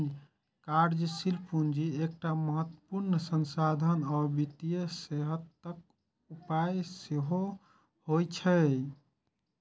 कार्यशील पूंजी एकटा महत्वपूर्ण संसाधन आ वित्तीय सेहतक उपाय सेहो होइ छै